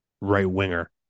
right-winger